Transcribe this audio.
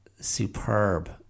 superb